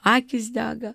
akys dega